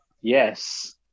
yes